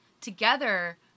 Together